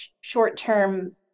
short-term